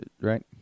right